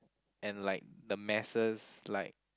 and like the masses like